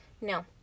No